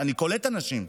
אני קולט אנשים,